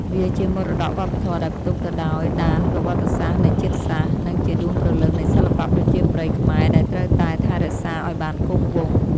វាជាមរតកវប្បធម៌ដែលផ្ទុកទៅដោយដានប្រវត្តិសាស្ត្រនៃជាតិសាសន៍ និងជាដួងព្រលឹងនៃសិល្បៈប្រជាប្រិយខ្មែរដែលត្រូវតែថែរក្សាឱ្យបានគង់វង្ស។